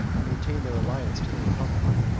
maintained their allegiance to the republic,